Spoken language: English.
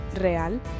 Real